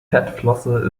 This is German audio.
fettflosse